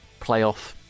playoff